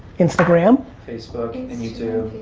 intagram? facebook and youtube.